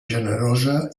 generosa